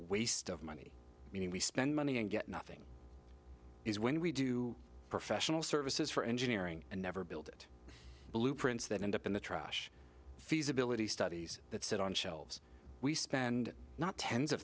waste of money meaning we spend money and get nothing he's when we do professional services for engineering and never build it blueprints that end up in the trash feasibility studies that sit on shelves we spend not tens of